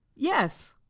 yes.